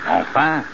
Enfin